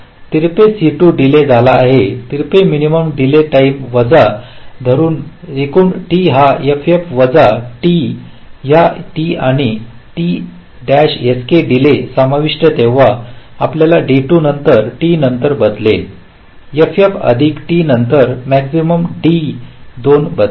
तिरपा C2 delay झाला आहे तिरपा मिनिमम डीले टाईम वजा धरून टाईम एकूण t आहे ff वजा t या t आहे आणि आपण t sk डीले समाविष्ट तेव्हा आपल्या D2 की t नंतर बदलेल ff अधिक t त्यानंतर मॅक्सिमम D 2 बदलेल